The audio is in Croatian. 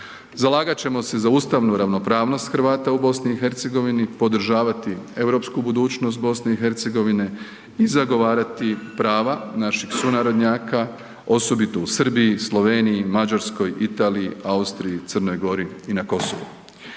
Zalagat ćemo se za ustavnu ravnopravnost Hrvata u BiH, podržavati europsku budućnost BiH i zagovarati prava naših sunarodnjaka, osobito u Srbiji, Sloveniji, Mađarskoj, Italiji, Austriji i Crnoj Gori i na Kosovu.